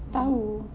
tahu